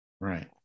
Right